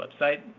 website